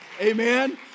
Amen